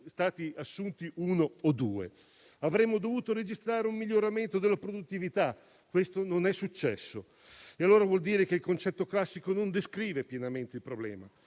stati assunti uno o due? Avremmo dovuto registrare un miglioramento della produttività, ma questo non è successo. Ciò vuol dire che il concetto classico non descrive pienamente il problema.